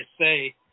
say